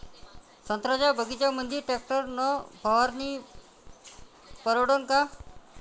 संत्र्याच्या बगीच्यामंदी टॅक्टर न फवारनी परवडन का?